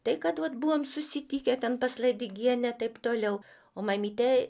tai kad vat buvom susitikę ten pas ladigienę taip toliau o mamytė